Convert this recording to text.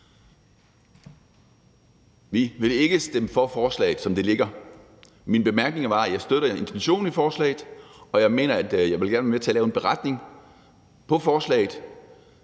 Vi vil ikke stemme for forslaget, som det ligger. Min bemærkning var, at jeg støtter intentionen i forslaget, og det, jeg mener, er, at jeg gerne vil være med til at lave en beretning over forslaget,